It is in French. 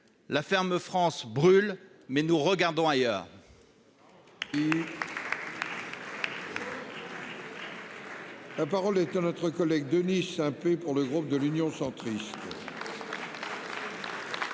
la ferme France brûle, mais nous regardons ailleurs ! La parole est à Mme Denise Saint-Pé, pour le groupe Union Centriste.